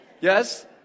Yes